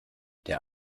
der